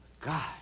God